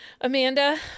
amanda